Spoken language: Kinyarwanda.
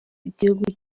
igihugu